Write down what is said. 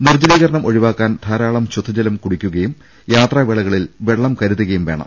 നിർജ്ജലീകരണം ഒഴിവാക്കാൻ ധാരാളം ശുദ്ധജലം കുടിക്കുകയും യാത്രാവേളകളിൽ വെള്ളം കരുതുകയും വേണം